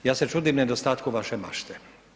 Ja se čudim u nedostatku vaše mašte.